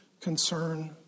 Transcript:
concern